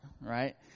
right